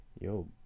Yo